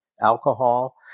alcohol